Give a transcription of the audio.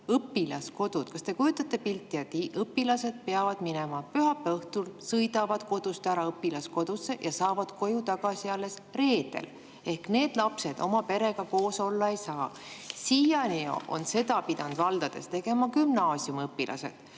õpilaskodud. Kas te kujutate ette pilti, et õpilased peavad minema kodust ära pühapäeva õhtul, siis nad sõidavad õpilaskodusse ja saavad koju tagasi alles reedel? Need lapsed oma perega koos olla ei saa. Siiani on seda pidanud valdades tegema gümnaasiumiõpilased.